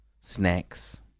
snacks